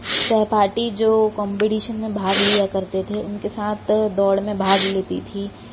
सहपाठी जो कोंम्बडीशन में भाग लिया करते थे उनके साथ दौड़ में भाग लेती थी